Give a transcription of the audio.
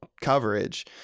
coverage